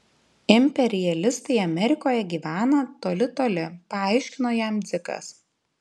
imperialistai amerikoje gyvena toli toli paaiškino jam dzikas